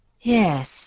Yes